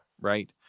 right